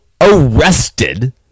arrested